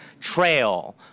trail